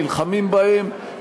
נלחמים בהם,